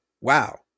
wow